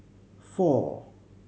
four